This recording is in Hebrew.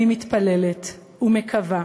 אני מתפללת ומקווה